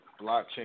blockchain